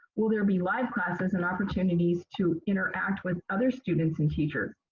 will there be live classes and opportunities to interact with other students and teachers?